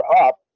up